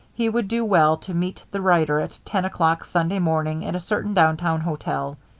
he would do well to meet the writer at ten o'clock sunday morning at a certain downtown hotel.